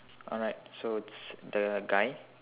alright so the guy